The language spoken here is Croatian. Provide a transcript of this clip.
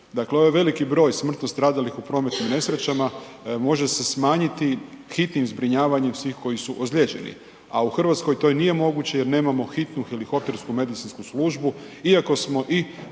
Dakle ovaj veliki broj smrtno stradalih u prometnim nesrećama može se smanjiti hitnim zbrinjavanjem svih koji su ozlijeđeni, a u Hrvatskoj to nije moguće jer nemamo hitnu helikoptersku medicinsku službu, iako smo